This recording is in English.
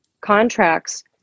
contracts